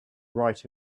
right